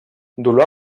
dolor